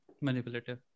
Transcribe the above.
Manipulative